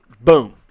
boom